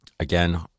Again